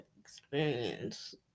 experience